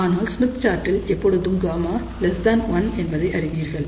ஆனால் ஸ்மித் சார்ட்டில் எப்பொழுதும் Γ1 என்பதை அறிவீர்கள்